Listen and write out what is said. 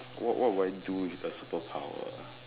what what would I do with the superpower